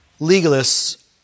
legalists